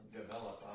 develop